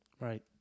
right